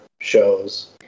shows